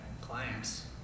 clients